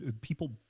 people